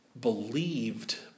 believed